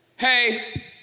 hey